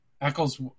Eccles